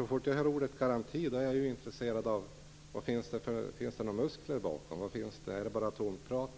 Så fort jag hör ordet garanti blir jag intresserad av att veta om det finns några "muskler" bakom eller om det bara är tomt prat.